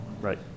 right